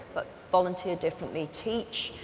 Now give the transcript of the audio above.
but volunteer differently. teach,